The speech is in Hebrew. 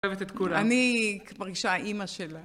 אני אוהבת את כולם. אני מרגישה האמא שלה.